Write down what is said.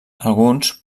alguns